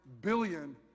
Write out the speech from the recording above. billion